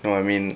no I mean